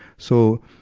so,